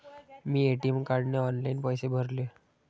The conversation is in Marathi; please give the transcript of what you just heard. मी ए.टी.एम कार्डने ऑनलाइन पैसे भरले